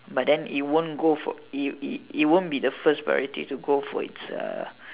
but then it won't go for it it it won't be the first priority to go for it's uh